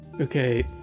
Okay